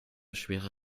schwere